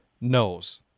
knows